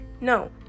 No